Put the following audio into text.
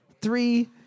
three